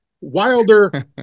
Wilder